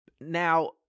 Now